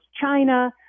China